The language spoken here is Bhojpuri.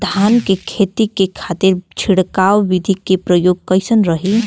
धान के खेती के खातीर छिड़काव विधी के प्रयोग कइसन रही?